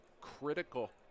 critical